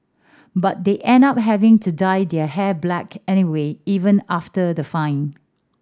but they end up having to dye their hair black anyway even after the fine